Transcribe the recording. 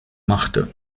machte